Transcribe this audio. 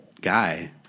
guy